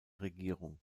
regierung